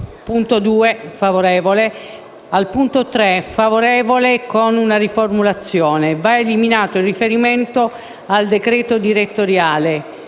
punto 3) il parere è favorevole con una riformulazione: va eliminato il riferimento al decreto direttoriale.